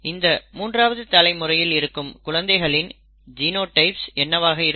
இந்த மூன்றாவது தலைமுறையில் இருக்கும் குழந்தைகளின் ஜினோடைப்ஸ் என்னவாக இருக்கும்